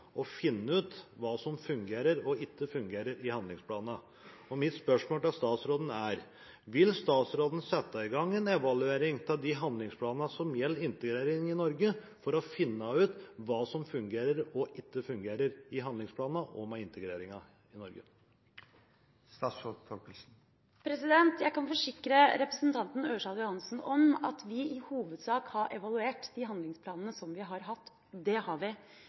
å finne ut hva som fungerer, og hva som ikke fungerer i planene – og når det gjelder integreringen i Norge? Jeg kan forsikre representanten Ørsal Johansen om at vi i hovedsak har evaluert de handlingsplanene vi har hatt – det har vi!